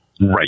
Right